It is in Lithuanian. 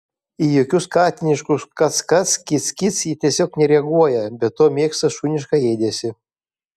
į jokius katiniškus kac kac kic kic ji tiesiog nereaguoja be to mėgsta šunišką ėdesį